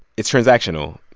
it's transactional.